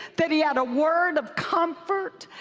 that he had a word of comfort,